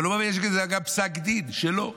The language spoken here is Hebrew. אבל, הוא אומר, יש גם פסק דין שלא.